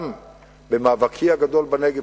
גם במאבקי הגדול בנגב,